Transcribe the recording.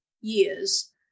years